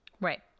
Right